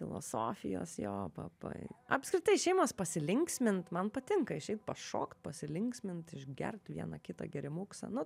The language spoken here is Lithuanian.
filosofijos jo pa pai apskritai išėjimas pasilinksmint man patinka išeit pašokt pasilinksmint išgert vieną kitą gėrimuksą nu